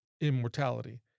immortality